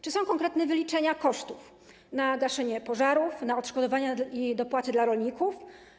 Czy są konkretne wyliczenia kosztów gaszenia pożarów, odszkodowań i dopłat dla rolników?